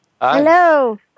Hello